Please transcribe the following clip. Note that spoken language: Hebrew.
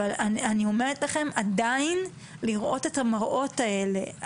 אבל אני אומרת לכם שעדיין לראות את המראות האלה,